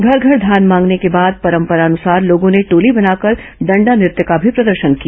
घर घर धान मांगने के बाद परंपरानुसार लोगों ने टोली बनाकर डंडा नृत्य का भी प्रदर्शन किया